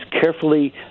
carefully